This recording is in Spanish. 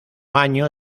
año